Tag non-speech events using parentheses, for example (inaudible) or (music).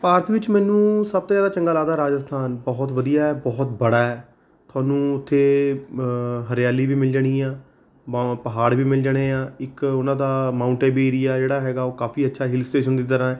ਭਾਰਤ ਵਿੱਚ ਮੈਨੂੰ ਸਭ ਤੋਂ ਜ਼ਿਆਦਾ ਚੰਗਾ ਲੱਗਦਾ ਰਾਜਸਥਾਨ ਬਹੁਤ ਵਧੀਆ ਹੈ ਬਹੁਤ ਬੜਾ ਹੈ ਤੁਹਾਨੂੰ ਉੱਥੇ ਹਰਿਆਲੀ ਵੀ ਮਿਲ ਜਾਣੀ ਆ (unintelligible) ਪਹਾੜ ਵੀ ਮਿਲ ਜਾਣੇ ਆ ਇੱਕ ਉਨ੍ਹਾਂ ਦਾ ਮਾਊਂਟ ਏਬੀ ਏਰੀਆ ਜਿਹੜਾ ਹੈਗਾ ਉਹ ਕਾਫੀ ਅੱਛਾ ਹਿਲ ਸਟੇਸ਼ਨ ਦੀ ਤਰ੍ਹਾਂ ਹੈ